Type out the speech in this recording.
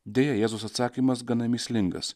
deja jėzaus atsakymas gana mįslingas